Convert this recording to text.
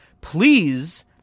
please